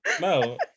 no